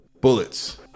Bullets